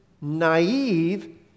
naive